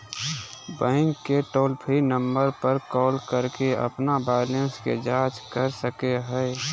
bank के toll free number पर call करके अपन बैलेंस के जांच कर सको हइ